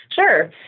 Sure